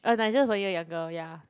oh Nigel is one year younger yeah